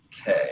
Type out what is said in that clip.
Okay